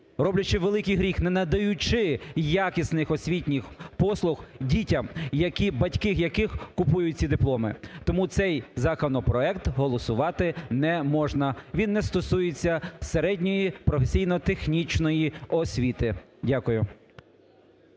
роблячи великий гріх, не надаючи якісних освітніх послуг дітям, батьки яких купують ці дипломи. Тому цей законопроект голосувати неможна, він не стосується середньої професійно-технічної освіти. Дякую.